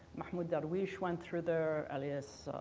mahmoud darweish went through there. elias